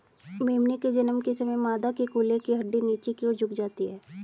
मेमने के जन्म के समय मादा के कूल्हे की हड्डी नीचे की और झुक जाती है